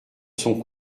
son